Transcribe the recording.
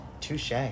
Touche